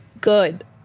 Good